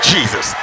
Jesus